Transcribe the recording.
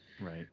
right